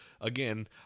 again